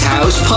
House